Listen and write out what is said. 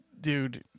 dude